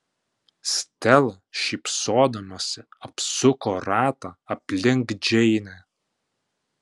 stela šypsodamasi apsuko ratą aplink džeinę